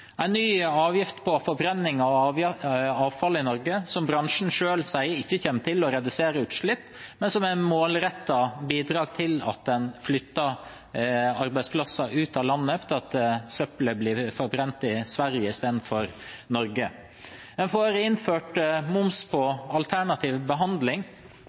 bransjen selv sier ikke kommer til å redusere utslipp, men som målrettet bidrar til at en flytter arbeidsplasser ut av landet, slik at søppelet blir forbrent i Sverige i stedet for i Norge. En får også innført moms på alternativ behandling.